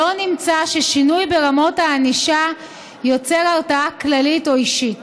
לא נמצא ששינוי ברמות הענישה יוצר הרתעה כללית או אישית.